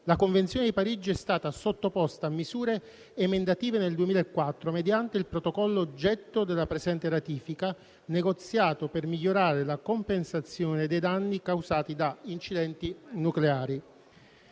la Convenzione di Parigi è stata sottoposta a misure emendative nel 2004 mediante il protocollo oggetto della presente ratifica, negoziato per migliorare la compensazione dei danni causati da incidenti nucleari.